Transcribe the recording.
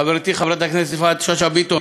חברתי חברת הכנסת יפעת שאשא ביטון,